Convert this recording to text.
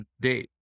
day